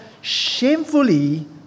shamefully